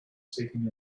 speaking